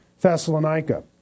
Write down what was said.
Thessalonica